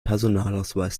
personalausweis